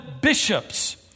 bishops